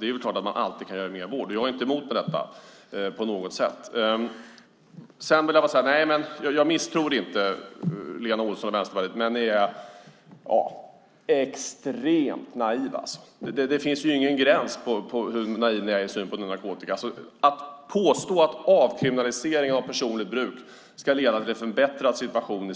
Det är klart att man alltid kan ge mer vård. Jag har ingenting emot det. Jag misstror inte Lena Olsson och Vänsterpartiet, men ni är extremt naiva. Det finns ingen gräns för hur naiva ni är i er syn på narkotika. Ni påstår att avkriminalisering av personligt bruk ska leda till en förbättrad situation.